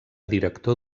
director